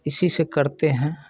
इसी से करते हैं